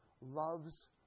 loves